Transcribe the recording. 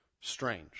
strange